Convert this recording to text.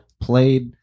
played